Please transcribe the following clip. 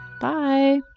Bye